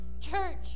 Church